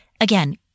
Again